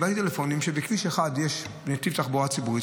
בכביש 1 יש נתיב תחבורה ציבורית,